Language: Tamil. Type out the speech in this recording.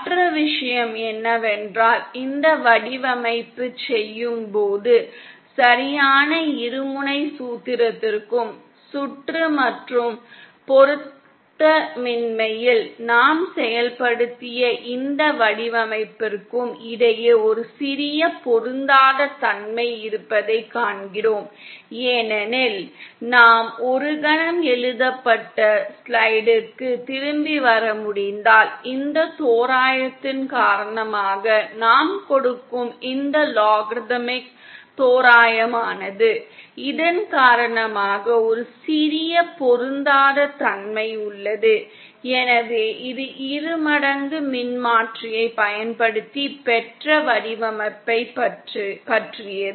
மற்ற விஷயம் என்னவென்றால் இந்த வடிவமைப்பைச் செய்யும்போது சரியான இருமுனை சூத்திரத்திற்கும் சுற்று மற்றும் பொருத்தமின்மையில் நாம் செயல்படுத்திய இந்த வடிவமைப்பிற்கும் இடையே ஒரு சிறிய பொருந்தாத தன்மை இருப்பதைக் காண்கிறோம் ஏனெனில் நாம் ஒரு கணம் எழுதப்பட்ட ஸ்லைடிற்கு திரும்பி வர முடிந்தால் இந்த தோராயத்தின் காரணமாக நாம் கொடுக்கும் இந்த லாகர்தமிக் தோராயமானது இதன் காரணமாக ஒரு சிறிய பொருந்தாத தன்மை உள்ளது எனவே இது இருமடங்கு மின்மாற்றியைப் பயன்படுத்தி பெற்ற வடிவமைப்பைப் பற்றியது